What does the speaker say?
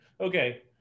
Okay